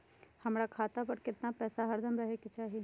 हमरा खाता पर केतना पैसा हरदम रहे के चाहि?